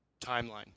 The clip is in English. timeline